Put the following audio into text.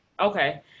okay